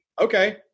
Okay